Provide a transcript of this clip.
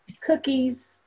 cookies